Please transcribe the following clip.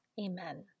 Amen